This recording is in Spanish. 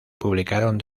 publicaron